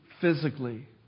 physically